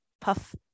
puff